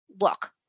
look